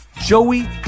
joey